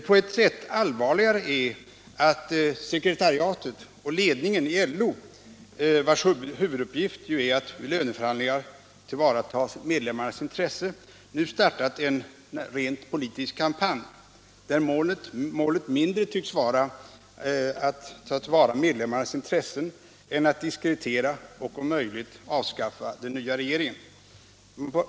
På ett sätt allvarligare är att sekretariatet och ledningen i LO, vars uppgift ju är att vid löneförhandlingarna tillvarata medlemmarnas intressen, nu startat en rent politisk kampanj, där målet mindre tycks vara att ta till vara medlemmarnas intressen än att diskreditera och om möjligt avskaffa den nya regeringen.